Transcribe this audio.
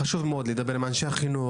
חשוב מאוד לדבר עם אנשי החינוך,